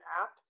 app